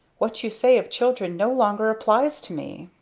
what you say of children no longer applies to me.